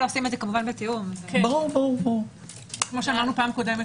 כפי שאמרנו בפעם הקודמת,